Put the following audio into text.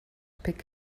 pick